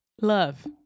love